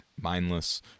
Mindless